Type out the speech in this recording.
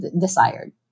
desired